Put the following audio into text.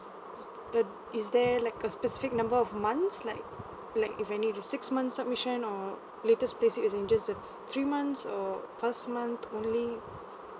but is there like a specific number of months like like if I need to six months submission or latest payslip of interest the three months or first month only